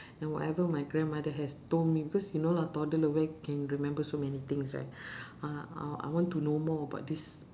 and whatever my grandmother has told me because you know lah toddler where can remember so many things right uh I I want to know more about this